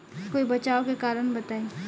कोई बचाव के कारण बताई?